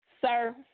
sir